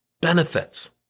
benefits